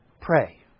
pray